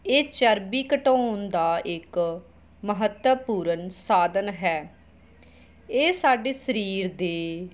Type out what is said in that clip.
ਇਹ ਚਰਬੀ ਘਟਾਉਣ ਦਾ ਇੱਕ ਮਹੱਤਵਪੂਰਨ ਸਾਧਨ ਹੈ ਇਹ ਸਾਡੇ ਸਰੀਰ ਦੇ